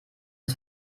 ist